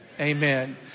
Amen